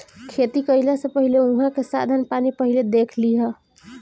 खेती कईला से पहिले उहाँ के साधन पानी पहिले देख लिहअ